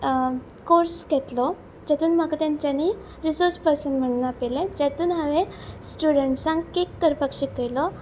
course घेतलो जेतून म्हाका तेंच्यांनी रिसोर्च पर्सन म्हणून आपयले जातून हांवे स्टुडंट्सांक केक करपाक शिकयलो